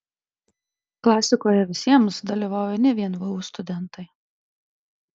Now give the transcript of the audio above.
klasikoje visiems dalyvauja ne vien vu studentai